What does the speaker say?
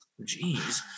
Jeez